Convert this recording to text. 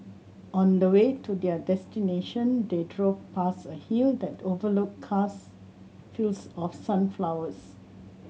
on the way to their destination they drove past a hill that overlooked cast fields of sunflowers